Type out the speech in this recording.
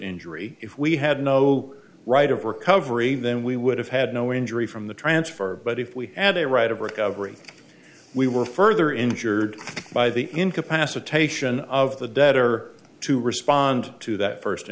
injury if we had no right of recovery then we would have had no injury from the transfer but if we had a right of recovery we were further injured by the incapacitation of the debtor to respond to that first